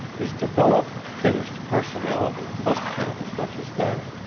his developed, finished personality must count as much as that.